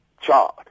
child